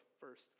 first